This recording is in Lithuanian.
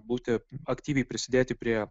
būti aktyviai prisidėti prie